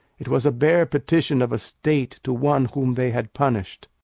it was a bare petition of a state to one whom they had punish'd.